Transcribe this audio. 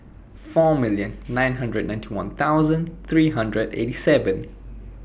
four million nine hundred ninety one thousand three hundred eighty seven